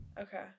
Okay